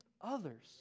others